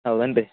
ಹೌದೇನ್ರಿ